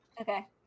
okay